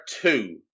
two